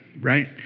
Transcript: Right